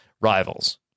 rivals